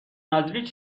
نذری